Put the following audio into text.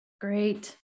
Great